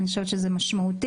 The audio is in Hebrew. אני חושבת שזה משמעותי.